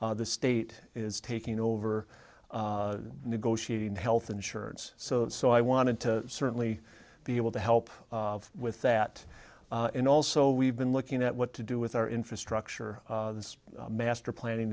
the state is taking over negotiating health insurance so so i wanted to certainly be able to help with that and also we've been looking at what to do with our infrastructure master planning